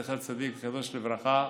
זכר צדיק וקדוש לברכה,